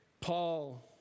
Paul